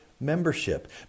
membership